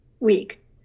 week